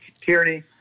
Tierney